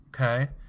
okay